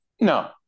No